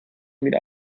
wieder